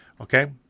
Okay